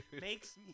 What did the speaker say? Makes